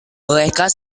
bolehkah